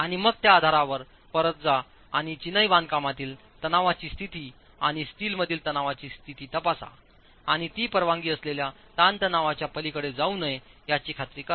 आणि मग त्या आधारावर परत जा आणि चिनाई बांधकामातील तणावाची स्थिती आणि स्टीलमधील तणावाची स्थिती तपासा आणि ते परवानगी असलेल्या ताणतणावाच्या पलीकडे जाऊ नये याची खात्री करा